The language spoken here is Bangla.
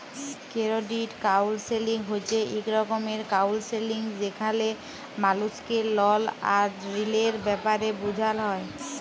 কেরডিট কাউলসেলিং হছে ইক রকমের কাউলসেলিংযেখালে মালুসকে লল আর ঋলের ব্যাপারে বুঝাল হ্যয়